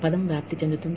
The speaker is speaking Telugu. పదం వ్యాప్తి చెందుతోంది